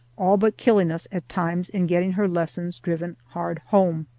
all but killing us at times in getting her lessons driven hard home.